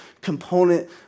component